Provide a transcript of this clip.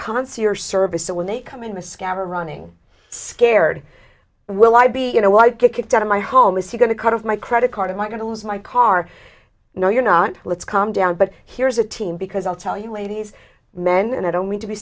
concierge service that when they come into scattered running scared will i be you know i get kicked out of my home is he going to cut off my credit card am i going to lose my car no you're not let's calm down but here's a team because i'll tell you ladies men and i don't mean to be